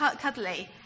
cuddly